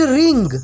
ring